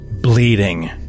bleeding